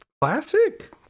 classic